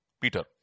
Peter